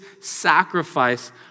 sacrifice